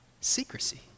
secrecy